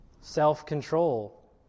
self-control